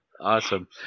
Awesome